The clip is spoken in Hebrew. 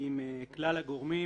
עם כלל הגורמים.